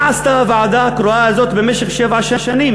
מה עשתה הוועדה הקרואה הזאת במשך שבע שנים,